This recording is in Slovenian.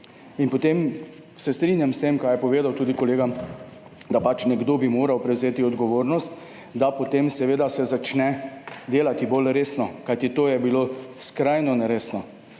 In potem se strinjam s tem, kar je povedal tudi kolega, da pač nekdo bi moral prevzeti odgovornost, da potem seveda se začne delati bolj resno. Kajti, to je bilo skrajno neresno.